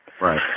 Right